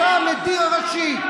אתה המדיר הראשי.